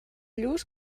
lluç